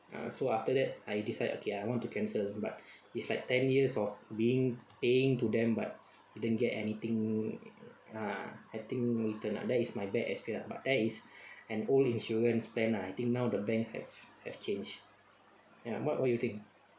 ya so after that I decide ah okay I want to cancel but it's like ten years of being paying to them but didn't get anything ah I think lah that is my bad experience but that is an old insurance plan lah I think now the bank have have changed ya what what you think